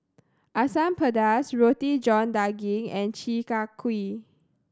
Asam Pedas Roti John Daging and Chi Kak Kuih